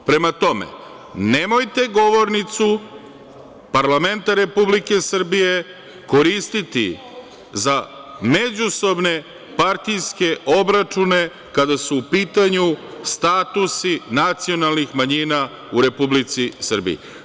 Prema tome, nemojte govornicu parlamenta Republike Srbije koristiti za međusobne, partijske obračune kada su u pitanju statusi nacionalnih manjina u Republici Srbiji.